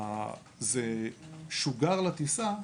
זה שודר לטיסה,